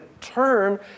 turn